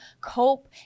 cope